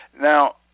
Now